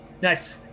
Nice